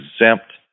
exempt